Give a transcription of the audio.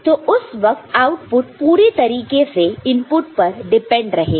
तो उस वक्त आउटपुट पूरी तरीके से इनपुट पर डिपेंड रहेगा